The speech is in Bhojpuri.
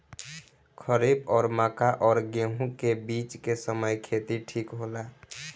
खरीफ और मक्का और गेंहू के बीच के समय खेती ठीक होला?